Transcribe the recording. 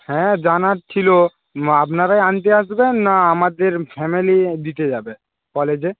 হ্যাঁ জানার ছিল আপনারাই আনতে আসবেন না আমাদের ফ্যামিলি দিতে যাবে কলেজে